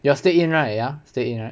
you are stay in right ya stay in right